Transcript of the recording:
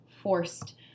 forced